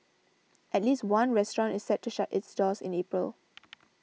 at least one restaurant is set to shut its doors in April